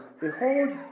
Behold